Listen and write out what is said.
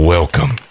Welcome